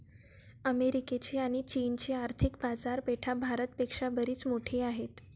अमेरिकेची आणी चीनची आर्थिक बाजारपेठा भारत पेक्षा बरीच मोठी आहेत